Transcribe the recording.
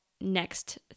next